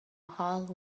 whole